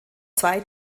zwei